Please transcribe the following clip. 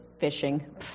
fishing